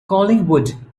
collingwood